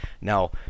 Now